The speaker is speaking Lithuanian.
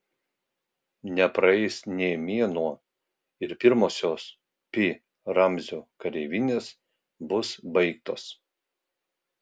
nepraeis nė mėnuo ir pirmosios pi ramzio kareivinės bus baigtos